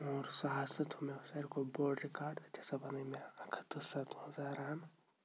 اور سُہ ہسا تھوٚو مےٚ ساروی کھۄت بوٚڑ رِکاڈ تَتہِ ہسا بَنٲے مےٚ اَکھ ہَتھ تہٕ سَتہٕ وَنٛزاہ رَن